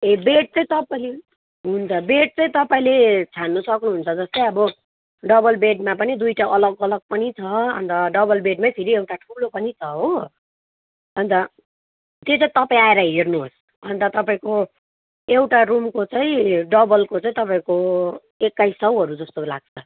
ए bed चाहिँ तपाईँले हुन्छ बेड चाहिँ तपाईँले छान्न सक्नुहुन्छ जस्तै अब डबल बेडमा पनि दुईवटा अलग अलग पनि छ अन्त डबल बेडमै फेरि एउटा ठुलो पनि छ हो अन्त त्यही त तपाईँ आएर हेर्नुहोस् अन्त तपाईँको एउटा रुमको चाहिँ डबलको चाहिँ तपाईँहरूको एक्काइस सौहरू जस्तो लाग्छ